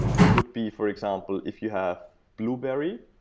that would be, for example, if you have blueberry,